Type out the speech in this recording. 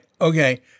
okay